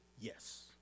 Yes